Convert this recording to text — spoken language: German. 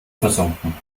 versunken